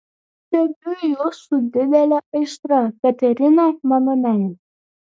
stebiu jus su didele aistra katerina mano meile